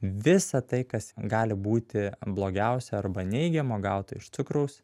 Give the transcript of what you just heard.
visa tai kas gali būti blogiausio arba neigiamo gauto iš cukraus